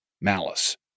malice